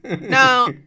no